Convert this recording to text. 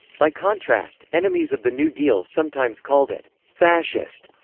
by contrast, enemies of the new deal sometimes called it fascist,